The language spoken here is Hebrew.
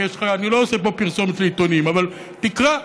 אני לא עושה פה פרסומת לעיתונים אבל תקרא.